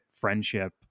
friendship